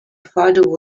father